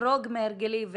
אחרוג מהרגלי,